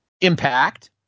Impact